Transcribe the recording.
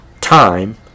time